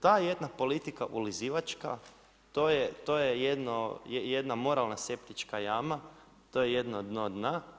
Ta jedna politika ulizivačka to je jedna moralna septička jama, to je jedno dno dna.